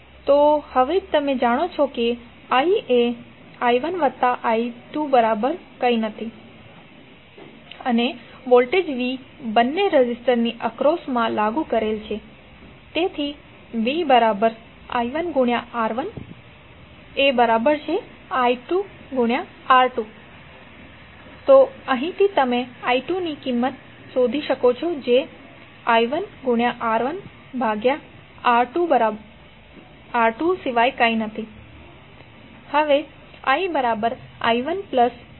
તો હવે તમે જાણો છો કે i એ i1 વત્તા i2 સિવાય કંઈ નથી અને વોલ્ટેજ v બંને રેઝિસ્ટરની એક્રોસ્મા લાગુ કરેલ છે તેથી vi1R1i2R2 તો અહીંથી તમે i2 ની કિંમત શોધી શકો છો જે i1R1R2 સિવાય કંઈ નથી